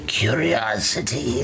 curiosity